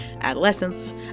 adolescence